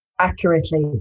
accurately